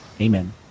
Amen